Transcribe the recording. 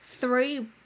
three